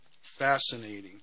fascinating